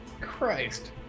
Christ